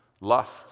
lust